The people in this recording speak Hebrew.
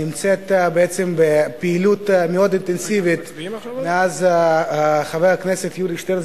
היא נמצאת בעצם בפעילות מאוד אינטנסיבית מאז חבר הכנסת יורי שטרן,